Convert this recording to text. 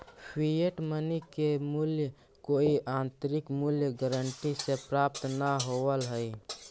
fiat money के मूल्य कोई आंतरिक मूल्य गारंटी से प्राप्त न होवऽ हई